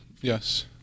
yes